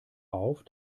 auf